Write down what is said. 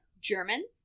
German